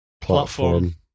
platform